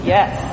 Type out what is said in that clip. Yes